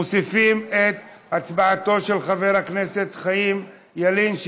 מוסיפים את הצבעתו של חבר הכנסת חיים ילין,